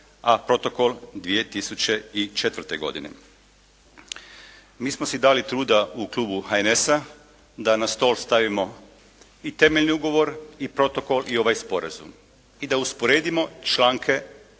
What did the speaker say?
a protokol 2004. godine. Mi smo si dali truda u klubu HNS-a da na stol stavimo i temeljni ugovor i protokol i ovaj sporazum i da usporedimo članke